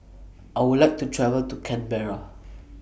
I Would like to travel to Canberra